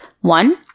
one